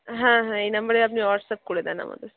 হ্যাঁ হ্যাঁ এই নাম্বারেই আপনি হোয়াটসঅ্যাপ করে দেন আমাদের